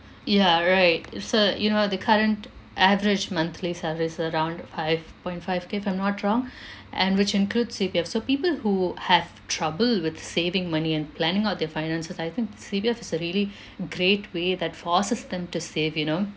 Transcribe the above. ya right so you know the current average monthly service's around five point five if I'm not wrong and which include C_P_F so people who have trouble with saving money and planning out their finances I think C_P_F is a really great way that forces them to save you know